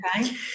Okay